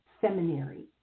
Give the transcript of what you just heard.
seminary